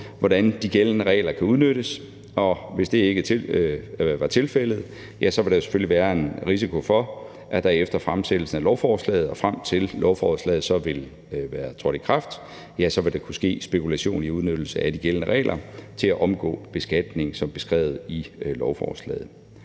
hvordan de gældende regler kan udnyttes. Og hvis det ikke var tilfældet, ville der selvfølgelig være en risiko for, at der efter fremsættelsen af lovforslaget og frem til lovforslaget så ville være trådt i kraft, ville kunne ske spekulation i udnyttelse af de gældende regler til at omgå beskatning som beskrevet i lovforslaget.